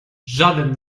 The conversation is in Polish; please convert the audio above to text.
żaden